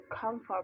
comfort